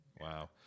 Wow